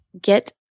get